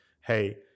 hey